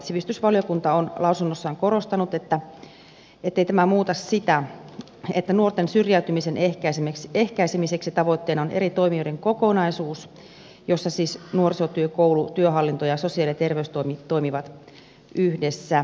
sivistysvaliokunta on lausunnossaan korostanut ettei tämä muuta sitä että nuorten syrjäytymisen ehkäisemiseksi tavoitteena on eri toimijoiden kokonaisuus jossa siis nuorisotyö koulu työhallinto ja sosiaali ja terveystoimi toimivat yhdessä